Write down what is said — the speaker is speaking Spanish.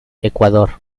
ecuador